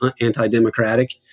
anti-democratic